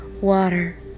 Water